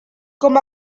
com